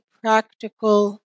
practical